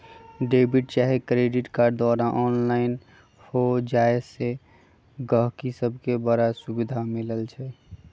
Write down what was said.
debit चाहे credit card द्वारा online हो जाय से गहकि सभके बड़ सुभिधा मिलइ छै